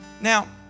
Now